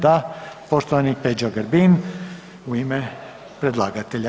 Da, poštovani Peđa Grbin u ime predlagatelja.